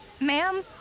Ma'am